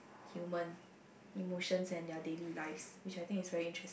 human emotions and their daily lives which I think is very interesting